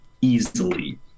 easily